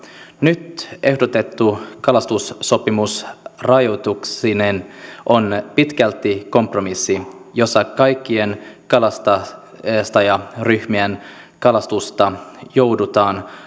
nyt ehdotettu kalastussopimus rajoituksineen on pitkälti kompromissi jossa kaikkien kalastajaryhmien kalastusta joudutaan